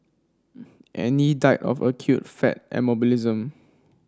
Annie died of acute fat embolism